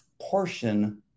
portion